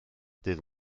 dydd